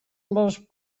les